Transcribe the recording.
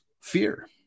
fear